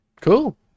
cool